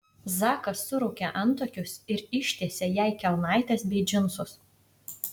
zakas suraukė antakius ir ištiesė jai kelnaites bei džinsus